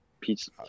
Pizza